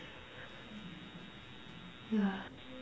ya